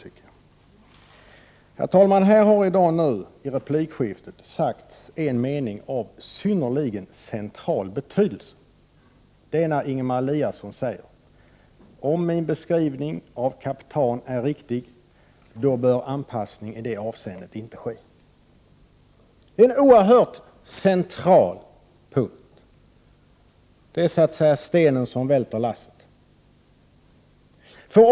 Fru talman! I replikskiftet i dag har det sagts en mening av synnerligen central betydelse. Det skedde när Ingemar Eliasson sade att om min beskrivning av kaptan är riktig, då bör anpassning i det avseendet inte ske. Det är en oerhört central punkt. Det är stenen som välter lasset.